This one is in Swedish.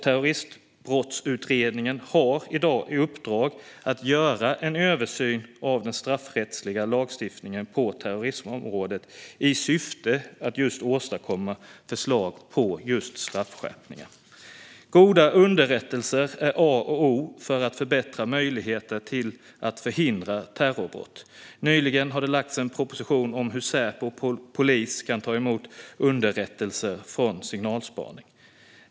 Terroristbrottsutredningen har i uppdrag att göra en översyn av den straffrättsliga lagstiftningen på terrorismområdet i syfte att åstadkomma förslag på just straffskärpningar. Goda underrättelser är A och O för att förbättra möjligheterna att förhindra terrorbrott. Nyligen har det lagts fram en proposition om hur Säpo och polisen ska kunna ta emot underrättelser från signalspaning.